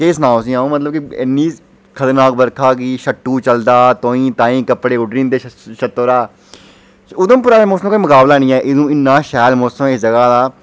के सनाऽ में तुसेंगी मतलब कि इन्नी खतरनाक बरखा कि शट्टू चलदा तुआहीं ताहीं कपड़े उड्डरी जंदे छत्तै परा उधमपुरै दा मौसम दा कोई मकाबला नेईं ऐ इन्ना शैल मौसम ऐ इस जगह दा